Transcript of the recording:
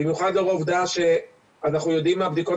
במיוחד לאור העובדה שאנחנו יודעים מהבדיקות